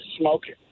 smoking